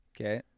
okay